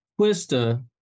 Twista